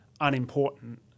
unimportant